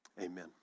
Amen